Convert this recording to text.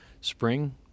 Spring